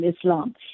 Islam